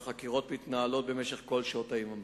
והחקירות מתנהלות במשך כל שעות היממה,